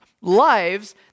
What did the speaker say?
Lives